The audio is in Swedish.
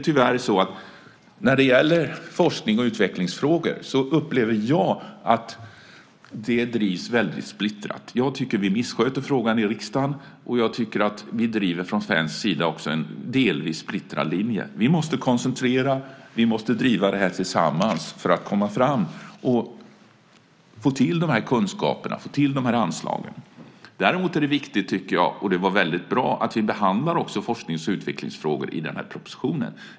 Tyvärr är det så att jag upplever att forsknings och utvecklingsfrågor drivs väldigt splittrat. Jag tycker att vi missköter frågan i riksdagen, och jag tycker att vi också från svensk sida driver en delvis splittrad linje. Vi måste koncentrera. Vi måste driva det här tillsammans för att komma fram och få till stånd de här kunskaperna, de här anslagen. Däremot är det viktigt tycker jag, och det var väldigt bra, att vi behandlar forsknings och utvecklingsfrågor i den här propositionen.